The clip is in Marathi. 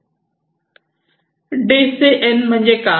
डी सी एन म्हणजे काय